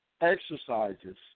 exercises